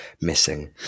missing